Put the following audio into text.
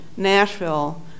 Nashville